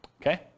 Okay